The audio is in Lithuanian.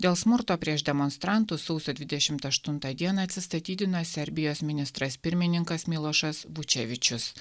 dėl smurto prieš demonstrantus sausio dvidešimt aštuntą dieną atsistatydino serbijos ministras pirmininkas milošas vučevičius